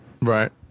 Right